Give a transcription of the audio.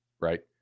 right